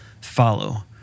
follow